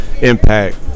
impact